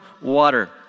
water